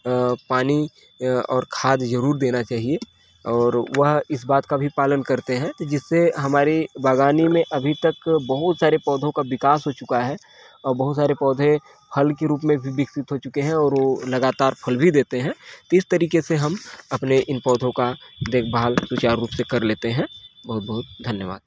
अ पानी अ और खाद जरूर देना चाहिए और वह इस बात का भी पालन करते हैं जिससे हमारे बागानी में अभी तक बहुत सारे पौधों का विकास हो चुका है और बहुत सारे पौधे फल के रूप में भी विकसित हो चुके हैं और वो लगातार फल भी देते हैं तो इस तरीके से हम अपने इन पौधों का देखभाल सुचारू रूप से कर लेते हैं बहुत बहुत धन्यवाद